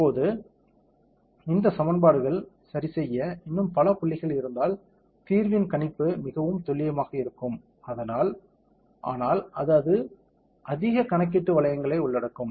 இப்போது இந்த சமன்பாடுகள் சரி செய்ய இன்னும் பல புள்ளிகள் இருந்தால் தீர்வின் கணிப்பு மிகவும் துல்லியமாக இருக்கும் அதனால் ஆனால் அது அதிக கணக்கீட்டு வளங்களை உள்ளடக்கும்